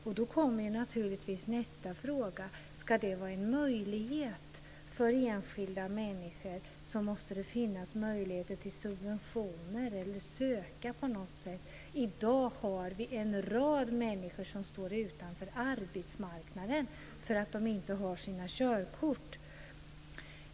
Och då kommer naturligtvis nästa fråga: Ska detta vara en möjlighet för enskilda människor måste det finnas möjligheter till subventioner eller något sådant att söka. I dag har vi en rad människor som står utanför arbetsmarknaden därför att de inte har körkort.